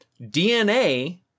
DNA